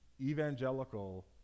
Evangelical